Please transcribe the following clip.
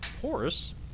horse